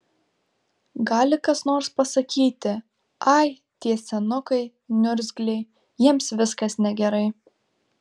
gali kas nors pasakyti ai tie senukai niurzgliai jiems viskas negerai